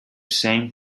same